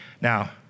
Now